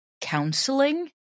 counseling